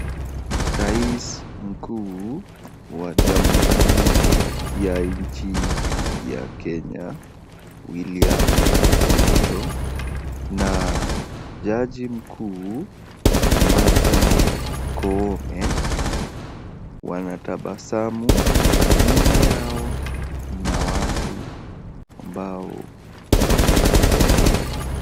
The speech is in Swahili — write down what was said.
Rais mkuu wa jamhuri ya nchi ya Kenya Wiliam Ruto na jaji mkuu Martha Koome wanatabasamu. Nyuma yao kuna watu ambao wanatembea.